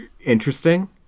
interesting